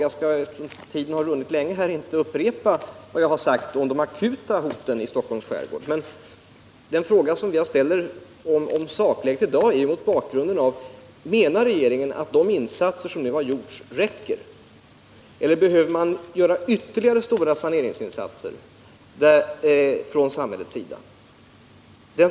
Eftersom tiden runnit i väg ganska långt skall jag nu inte upprepa vad jag har sagt om de akuta hoten i Stockholms skärgård. Men min fråga om sakläget i dag ställde jag mot bakgrunden av att jag ville veta om regeringen anser ati de insatser som gjorts är tillräckliga eller om det behövs ytterligare stora insatser från samhällets sida.